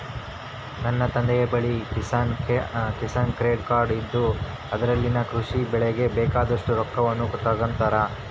ನನ್ನ ತಂದೆಯ ಬಳಿ ಕಿಸಾನ್ ಕ್ರೆಡ್ ಕಾರ್ಡ್ ಇದ್ದು ಅದರಲಿಂದ ಕೃಷಿ ಗೆ ಬೆಳೆಗೆ ಬೇಕಾದಷ್ಟು ರೊಕ್ಕವನ್ನು ತಗೊಂತಾರ